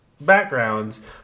backgrounds